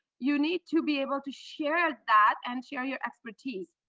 you need to be able to share that and share your expertise.